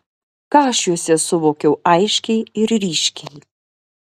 ką aš juose suvokiau aiškiai ir ryškiai